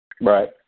Right